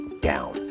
down